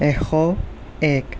এশ এক